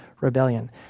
rebellion